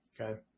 okay